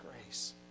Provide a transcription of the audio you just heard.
grace